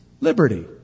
liberty